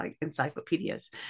encyclopedias